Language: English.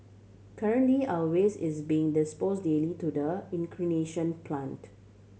currently our waste is being dispose daily to the incineration plant